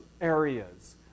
areas